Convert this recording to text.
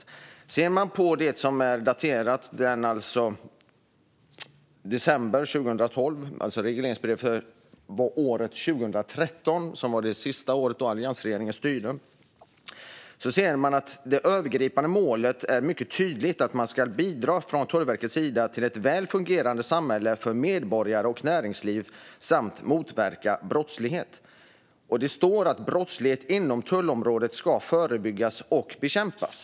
I det regleringsbrev som är daterat i december 2012, alltså regleringsbrevet för 2013, som var det sista året som alliansregeringen styrde, är det övergripande målet mycket tydligt att Tullverket ska bidra till ett väl fungerande samhälle för medborgare och näringsliv samt motverka brottslighet. Det står att brottslighet inom tullområdet ska förebyggas och bekämpas.